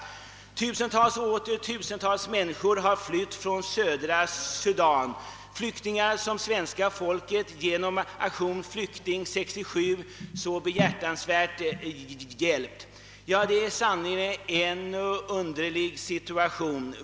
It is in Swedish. "Tusentals och åter tusentals människor har flytt från södra Sudan. Det är flyktingar som svenska folket genom aktionen Flykting 67 har bistått på ett så behjärtansvärt sätt. Det är sannerligen en underlig situation!